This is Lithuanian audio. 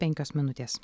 penkios minutės